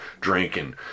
drinking